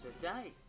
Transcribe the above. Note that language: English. today